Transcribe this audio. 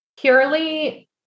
Purely